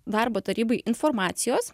darbo tarybai informacijos